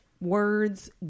words